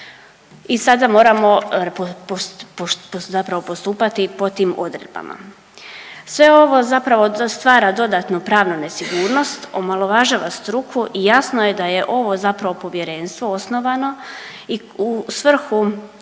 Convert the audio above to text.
i sada moramo zapravo postupati po tim odredbama. Sve ovo zapravo stvara dodatnu pravnu nesigurnost, omalovažava struku i jasno je da je ovo zapravo Povjerenstvo osnovano i u svrhu